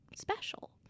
special